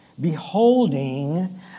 beholding